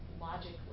logically